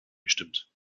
gestimmt